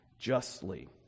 justly